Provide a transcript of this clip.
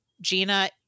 Gina